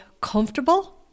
comfortable